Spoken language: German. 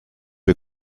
wir